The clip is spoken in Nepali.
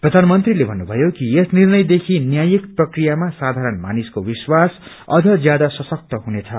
प्रधानमन्त्रीले भन्नुभयो कि यस निर्णयदेखि न्यायिक प्रकियामा साथारण मानिसको विश्वास अझ ज्यादा सशक्त हुनेछ